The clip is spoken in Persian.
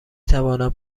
توانم